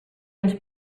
ens